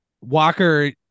Walker